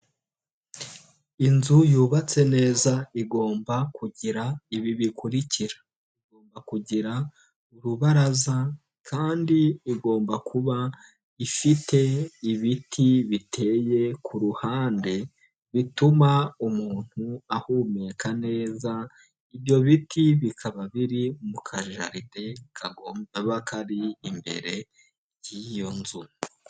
Inzu yubatse neza, igomba kugira ibi bikurikira: Igomba kugira urubaraza, kandi igomba kuba ifite ibiti biteye ku ruhande bituma umuntu ahumeka neza, ibyo biti bikaba biri mu kajarede kagomba kuba kari imbere y'iyo nzu.